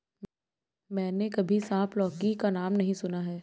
मैंने कभी सांप लौकी का नाम नहीं सुना है